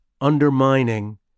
undermining